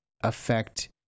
affect